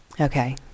Okay